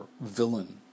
villain